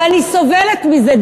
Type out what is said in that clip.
ואני סובלת מזה,